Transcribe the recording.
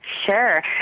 Sure